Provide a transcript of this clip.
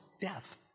death